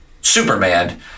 Superman